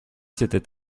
s’était